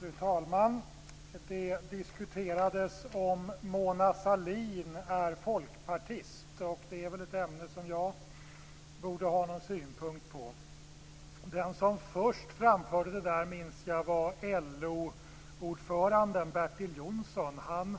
Fru talman! Det diskuterades om Mona Sahlin är folkpartist, och det är ett ämne som jag borde ha någon synpunkt på. Den som först framförde det var LO-ordföranden Bertil Jonsson. Han